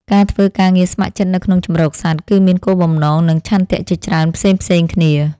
ការធ្វើការងារស្ម័គ្រចិត្តនៅក្នុងជម្រកសត្វ គឺមានគោលបំណង និងឆន្ទៈជាច្រើនផ្សេងៗគ្នា។